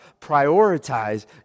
prioritize